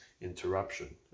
interruption